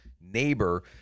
neighbor